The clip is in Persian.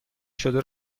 شده